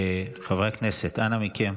חברי הכנסת, אנא מכם.